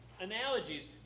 analogies